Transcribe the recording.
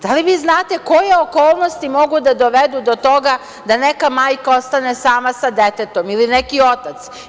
Da li vi znate koje okolnosti mogu da dovedu do toga da neka majka ostane sama sa detetom ili neki otac?